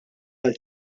għal